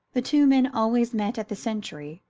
the two men always met at the century,